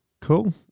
Cool